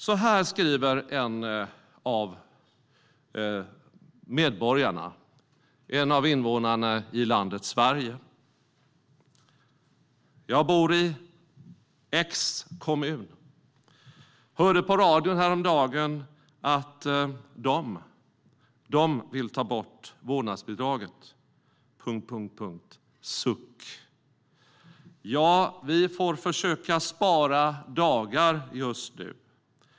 Så här skriver en av medborgarna, en av invånarna i landet Sverige: Jag bor i x kommun. Hörde på radion häromdagen att de vill ta bort vårdnadsbidraget . Suck! Ja, vi får försöka spara dagar just nu.